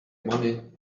money